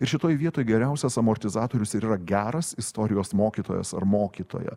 ir šitoj vietoj geriausias amortizatorius ir yra geras istorijos mokytojas ar mokytoja